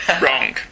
wrong